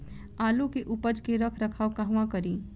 आलू के उपज के रख रखाव कहवा करी?